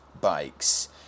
bikes